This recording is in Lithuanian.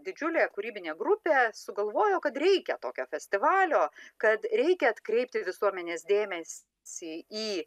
didžiulė kūrybinė grupė sugalvojo kad reikia tokio festivalio kad reikia atkreipti visuomenės dėmesį į